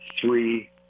three